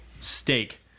steak